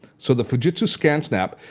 so the fujitsu scansnap,